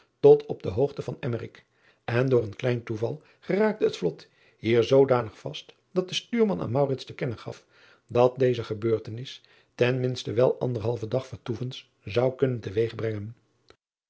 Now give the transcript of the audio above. tot op de hoogte van mmerik en door een klein toeval geraakte het vlot hier zoodanig vast dat de stuurman aan te kennen gaf dat deze gebeurtenis ten minste wel anderhalven dag vertoevens zou kunnen te weeg brengen